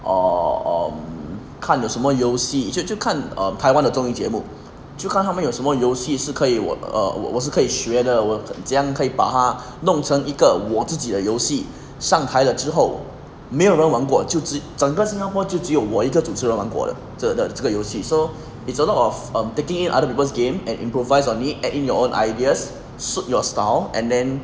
err um 看有什么游戏就去看 err 台湾的综艺节目就看他们有什么游戏是可以我 err 我我是可以学的我这么样可以把它弄成一个我自己的游戏上台的时候没有人玩过就只整个新加坡只只有我一个主持人玩过的这的这个游戏 so it's a lot of the taking in other people's game and improvised on it and add in your own ideas suit your style and then